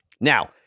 Now